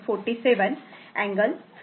47 angle 59